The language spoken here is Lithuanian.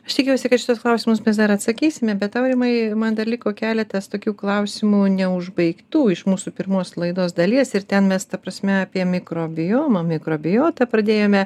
aš tikiuosi kad šituos klausimus mes dar atsakysime bet aurimai man dar liko keletas tokių klausimų neužbaigtų iš mūsų pirmos laidos dalies ir ten mes ta prasme apie mikrobijomą mikrobijotą pradėjome